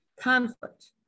conflict